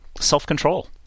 self-control